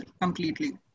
completely